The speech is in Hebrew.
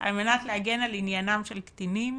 על מנת להגן על עניינם של קטינים